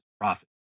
profit